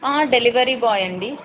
delivery boy అండి